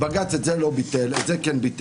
בג"צ את זה לא ביטל, את זה הוא כן ביטל.